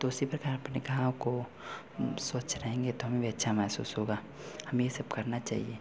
तो उसी प्रकार अपने गाँव को स्वच्छ रहेंगे तो हमें भी अच्छा महसूस होगा हमें ये सब करना चाहिए